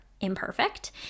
imperfect